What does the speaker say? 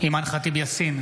אימאן ח'טיב יאסין,